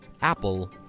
apple